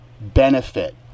benefit